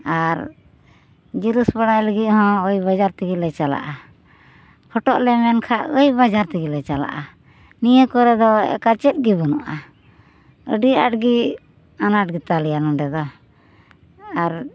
ᱟᱨ ᱡᱤᱨᱳᱥ ᱵᱟᱲᱟᱭ ᱞᱟᱹᱜᱤᱫ ᱦᱚᱸ ᱳᱭ ᱵᱟᱡᱟᱨ ᱛᱮᱜᱮ ᱞᱮ ᱪᱟᱞᱟᱜᱼᱟ ᱯᱷᱚᱴᱚᱜ ᱞᱮ ᱢᱮᱱ ᱠᱷᱟᱱ ᱳᱭ ᱵᱟᱡᱟᱨ ᱛᱮᱜᱮ ᱞᱮ ᱪᱟᱞᱟᱜᱼᱟ ᱱᱤᱭᱟᱹ ᱠᱚᱨᱮᱫᱚ ᱮᱠᱟᱞ ᱪᱮᱫᱜᱮ ᱵᱟᱹᱱᱩᱜᱼᱟ ᱟᱹᱰᱤᱼᱟᱴ ᱜᱮ ᱟᱱᱟᱴ ᱜᱮᱛᱟᱞᱮᱭᱟ ᱱᱚᱰᱮᱫᱚ ᱟᱨ